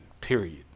period